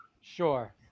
Sure